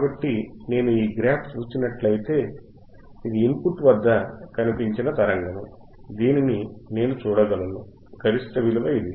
కాబట్టి నేను ఈ గ్రాఫ్ను చూసినట్లయితే ఇన్ పుట్ వద్ద కనిపించిన తరంగము దీనిని నేను చూడగలను గరిష్ట విలువ ఇది